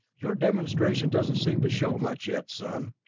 your demonstration doesn't seem to show much yet, son.